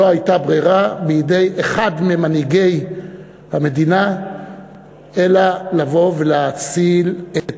לא הייתה ברירה בידי אחד ממנהיגי המדינה אלא לבוא ולהציל את